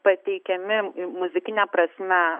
pateikiami muzikine prasme